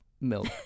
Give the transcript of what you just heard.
milk